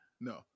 no